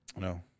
No